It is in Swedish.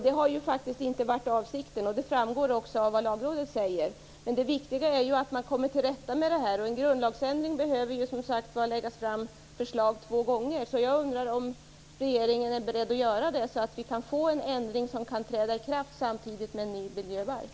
Detta har faktiskt inte varit avsikten, vilket också framgår av vad Lagrådet säger. Det viktiga är att man kommer till rätta med detta. Förslag till en grundlagsändring behöver, som sagt, läggas fram två gånger. Jag undrar om regeringen är beredd att göra det, så att vi kan få till stånd en ändring som kan träda i kraft samtidigt som en ny miljöbalk.